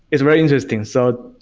it's very interesting. so,